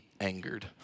angered